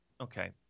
Okay